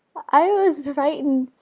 i was frightened,